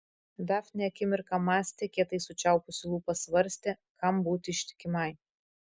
dafnė akimirką mąstė kietai sučiaupusi lūpas svarstė kam būti ištikimai